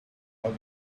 what